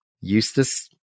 Eustace